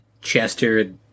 Chester